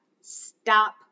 stop